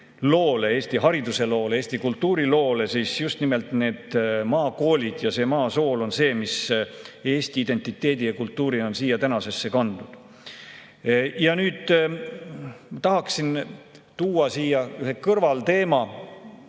loole, eesti hariduse loole, eesti kultuuriloole, siis on just nimelt need maakoolid ja see maa sool see, mis on eesti identiteedi ja kultuuri siia tänasesse kandnud. Nüüd ma tahaksin tuua siia ühe kõrvalteema,